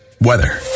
weather